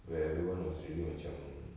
where everyone was really macam